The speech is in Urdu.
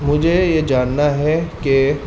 مجھے یہ جاننا ہے کہ